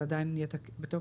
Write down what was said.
זה עדיין יהיה בתוקף.